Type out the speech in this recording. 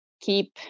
keep